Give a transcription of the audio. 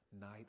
night